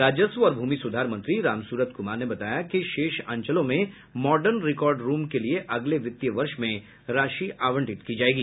राजस्व और भूमि सुधार मंत्री रामसूरत कुमार ने बताया कि शेष अंचलों में मॉडर्न रिकॉर्ड रूम के लिए अगले वित्तीय वर्ष में राशि आवंटित की जायेगी